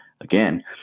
again